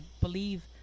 believe